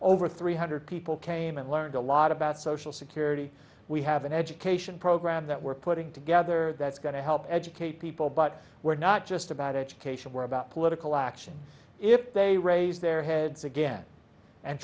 over three hundred people came and learned a lot about social security we have an education program that we're putting together that's going to help educate people but we're not just about education we're about political action if they raise their heads again and